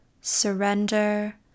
Surrender